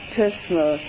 personal